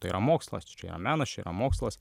tai yra mokslas čia yra menas čia yra mokslas